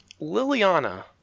Liliana